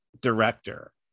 director